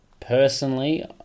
Personally